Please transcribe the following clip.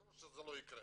ברור שזה לא יקרה.